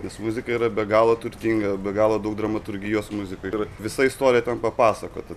nes muzika yra be galo turtinga be galo daug dramaturgijos muzikoj ir visa istorija ten papasakota